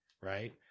Right